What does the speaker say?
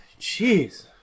Jeez